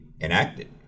enacted